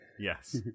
yes